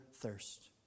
thirst